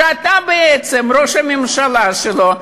שאתה ראש הממשלה שלו,